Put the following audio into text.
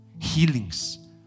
healings